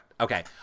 Okay